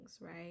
right